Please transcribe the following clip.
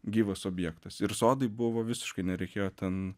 gyvas objektas ir sodai buvo visiškai nereikėjo ten